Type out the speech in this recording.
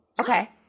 Okay